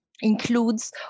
includes